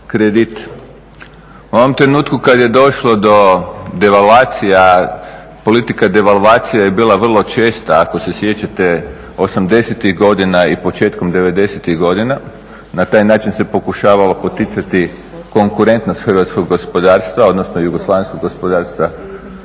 U onom trenutku kad je došlo do devalvacija, politika devalvacija je bila vrlo česta ako se sjećate osamdesetih godina i početkom devedesetih godina. Na taj način se pokušavalo poticati konkurentnost hrvatskog gospodarstva, odnosno jugoslavenskog gospodarstva.